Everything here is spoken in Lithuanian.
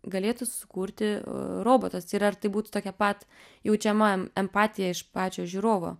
galėtų sukurti robotas ir ar tai būtų tokia pat jaučiama empatija iš pačio žiūrovo